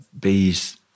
bees